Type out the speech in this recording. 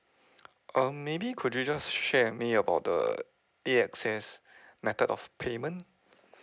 um maybe could you just share with me about the uh A_X_S method of payment